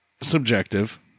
Subjective